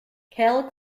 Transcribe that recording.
cale